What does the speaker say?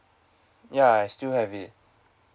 ya I still have it